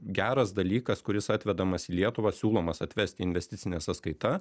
geras dalykas kuris atvedamas į lietuvą siūlomas atvesti investicinė sąskaita